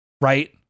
right